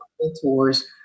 mentors